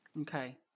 Okay